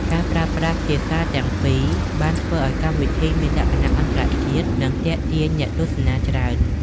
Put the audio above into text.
ការប្រើប្រាស់ភាសាទាំងពីរបានធ្វើឱ្យកម្មវិធីមានលក្ខណៈអន្តរជាតិនិងទាក់ទាញអ្នកទស្សនាច្រើន។